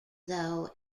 though